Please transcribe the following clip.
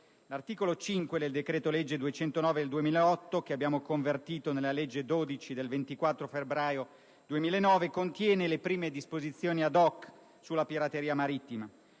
L'articolo 5 del decreto-legge n. 209 del 2008, che abbiamo convertito nella legge 24 febbraio 2009, n. 12, contiene le prime disposizioni *ad hoc* sulla pirateria marittima.